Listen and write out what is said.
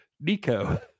Nico